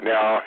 Now